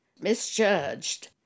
misjudged